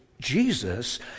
Jesus